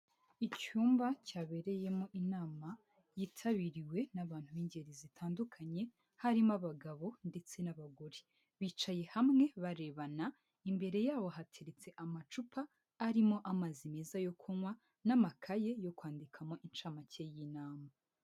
Icyumba cyabereyemo inama, yitabiriwe n'abantu b'ingeri zitandukanye, harimo abagabo ndetse n'abagore. Bicaye hamwe barebana, imbere yabo hateretse amacupa arimo amazi meza yo kunywa, n'amakaye yo kwandikamo incamake y'inama.